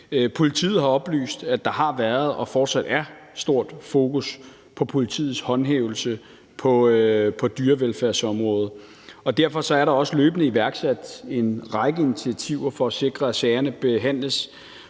Politiet har oplyst, at der har været og fortsat er stort fokus på politiets håndhævelse på dyrevelfærdsområdet, og derfor er der også løbende iværksat en række initiativer for at sikre, at sagerne både behandles